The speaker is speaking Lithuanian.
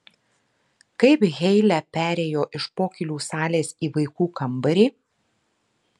kaip heile perėjo iš pokylių salės į vaikų kambarį